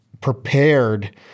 prepared